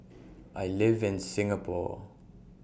I live in Singapore